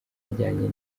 ajyanye